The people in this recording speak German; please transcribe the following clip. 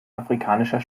afrikanischer